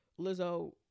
Lizzo